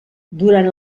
durant